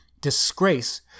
disgrace